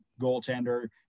goaltender